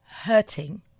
hurting